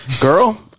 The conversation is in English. Girl